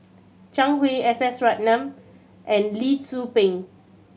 Zhang Hui S S Ratnam and Lee Tzu Pheng